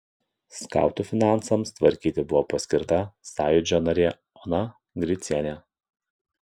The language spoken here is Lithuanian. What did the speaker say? skautų finansams tvarkyti buvo paskirta sąjūdžio narė ona gricienė